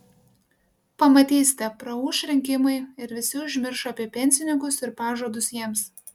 pamatysite praūš rinkimai ir visi užmirš apie pensininkus ir pažadus jiems